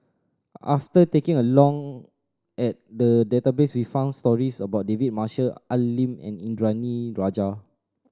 after taking a long at the database we found stories about David Marshall Al Lim and Indranee Rajah